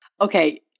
Okay